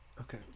Okay